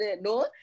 No